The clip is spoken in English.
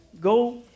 Go